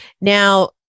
now